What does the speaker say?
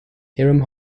hiram